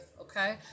okay